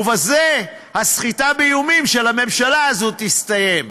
ובזה הסחיטה באיומים של הממשלה הזאת תסתיים.